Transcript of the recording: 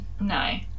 no